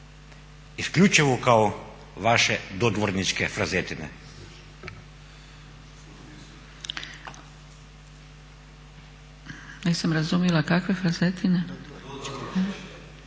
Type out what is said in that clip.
isključivo kao vaše dodvorničke frazetine.